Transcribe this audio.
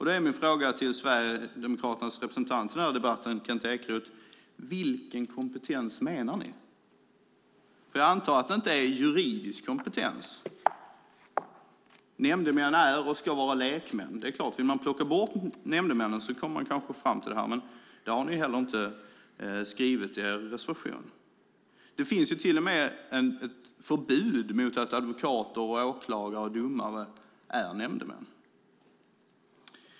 Då är min fråga till Sverigedemokraternas representant i debatten, Kent Ekeroth, vilken kompetens menar ni? Jag antar att det inte är en juridisk kompetens ni menar. Nämndemännen är ju och ska vara lekmän. Det är klart att man kanske kan komma fram till ett sådant här förslag om man vill ta bort nämndemännen, men det har ni inte föreslagit i er reservation. Det finns till och med ett förbud mot att advokater och åklagare är nämndemän.